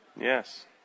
Yes